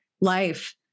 life